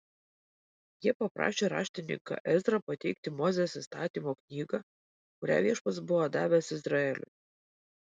jie paprašė raštininką ezrą pateikti mozės įstatymo knygą kurią viešpats buvo davęs izraeliui